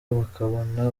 bakabona